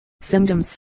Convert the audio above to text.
Symptoms